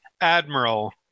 Admiral